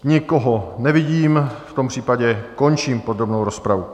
Nikoho nevidím, v tom případě končím podrobnou rozpravu.